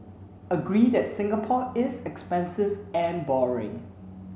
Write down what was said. agree that Singapore is expensive and boring